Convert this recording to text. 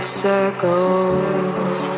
circles